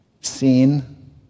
Seen